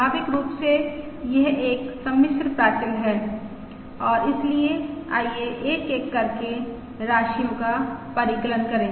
स्वाभाविक रूप से यह एक सम्मिश्र प्राचल है और इसलिए आइए एक एक करके राशिओं का परिकलन करें